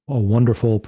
a wonderful,